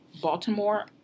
Baltimore